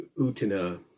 Utina